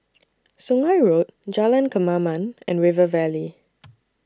Sungei Road Jalan Kemaman and River Valley